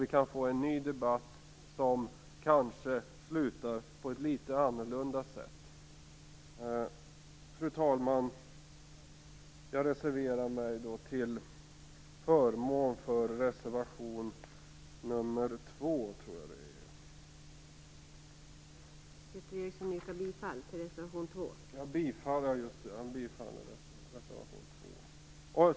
Vi kan få en ny debatt som kanske slutar på ett litet annorlunda sätt. Fru talman! Jag reserverar mig till förmån för reservation 2.